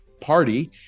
party